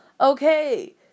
okay